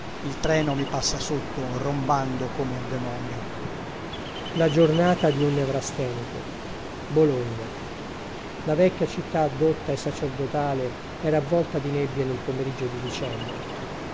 il treno mi passa sotto rombando come un demonio canti orfici dino campana la giornata di un nevrastenico bologna la vecchia città dotta e sacerdotale era avvolta di nebbie nel pomeriggio di dicembre